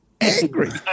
angry